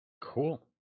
cool